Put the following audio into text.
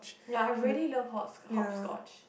ya I really love hop hopscotch